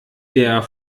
der